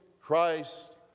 Christ